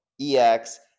EX